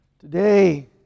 Today